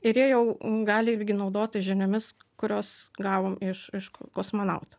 ir jie jau gali irgi naudotis žiniomis kurios gavom iš iš kosmonautų